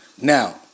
Now